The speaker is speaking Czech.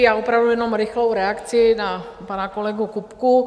Já opravdu jenom rychlou reakci na pana kolegu Kupku.